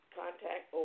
contact